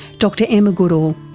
dr emma goodall.